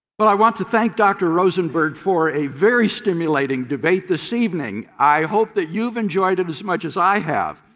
but i want to thank dr. rosenberg for a very stimulating debate this evening. i hope that you've enjoyed it as much as i have.